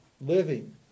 living